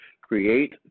create